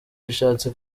bishatse